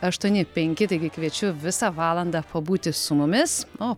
aštuoni penki taigi kviečiu visą valandą pabūti su mumis o